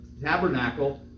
tabernacle